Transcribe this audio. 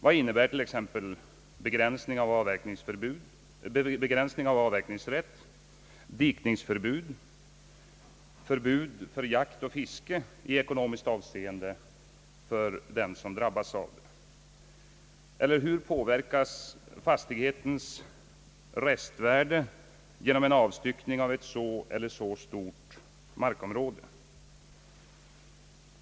Vad innebär t.ex. begränsning av avverkningsrätt, dikningsförbud, förbud mot jakt och fiske i ekonomiskt avseende för den som drabbas härav? Eller hur påverkas fastighetens restvärde genom en avstyckning av ett markområde av en viss storlek?